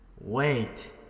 Wait